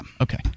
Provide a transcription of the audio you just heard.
Okay